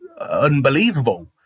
unbelievable